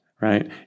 right